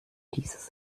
dieses